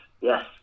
yes